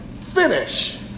finish